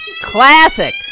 classic